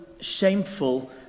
shameful